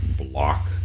block